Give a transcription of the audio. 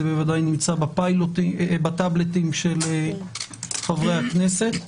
זה בוודאי נמצא בטבלטים של חברי הכנסת.